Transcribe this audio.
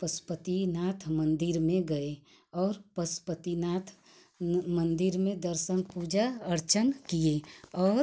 पशुपतिनाथ मंदिर में गए और पशुपतिनाथ मंदिर में दर्शन पूजा अर्चन किए और